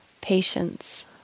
patience